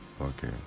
okay